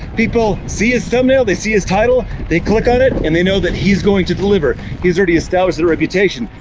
people see his thumbnail, they see his title, they click on it and they know that he's going to deliver. he's already established his reputation.